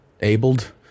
abled